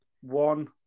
one